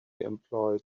employed